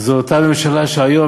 זו אותה ממשלה שהיום,